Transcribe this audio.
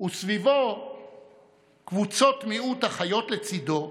וסביבו קבוצות מיעוט החיות לצידו,